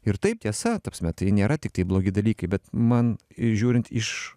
ir taip tiesa tapsme bet nėra tiktai blogi dalykai bet man žiūrint iš